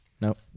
Nope